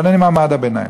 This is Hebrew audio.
אבל אני מעמד הביניים.